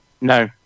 no